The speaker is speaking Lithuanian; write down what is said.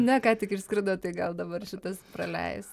ne ką tik išskrido tai gal dabar šitas praleis